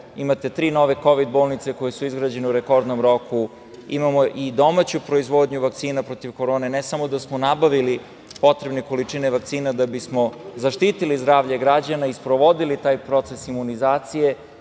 Imate tri nove kovid bolnice koje su izgrađene u rekordnom roku. Imamo i domaću proizvodnju vakcina protiv korone. Ne samo da smo nabavili potrebne količine vakcina da bismo zaštitili zdravlje građana i sprovodili taj proces imunizacije.